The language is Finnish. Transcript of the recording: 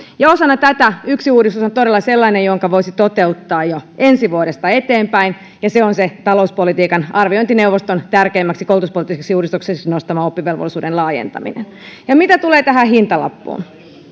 ja yksi uudistus osana tätä on todella sellainen jonka voisi toteuttaa jo ensi vuodesta eteenpäin ja se on se talouspolitiikan arviointineuvoston tärkeimmäksi koulutuspoliittiseksi uudistukseksi nostama oppivelvollisuuden laajentaminen mitä tulee tähän hintalappuun